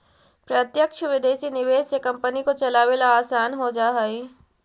प्रत्यक्ष विदेशी निवेश से कंपनी को चलावे ला आसान हो जा हई